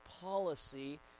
policy